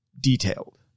detailed